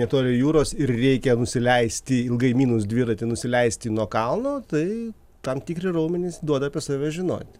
netoli jūros ir reikia nusileisti ilgai mynus dviratį nusileisti nuo kalno tai tam tikri raumenys duoda apie save žinot